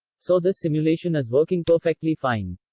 so this simulation is working perfectly fine.